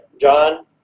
John